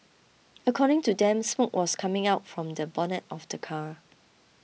according to them smoke was coming out from the bonnet of the car